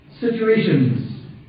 situations